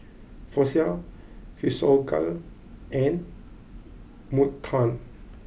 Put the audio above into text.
Floxia Physiogel and Motown